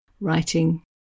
writing